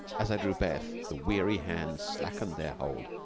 as i drew breath the weary hands slackened their hold,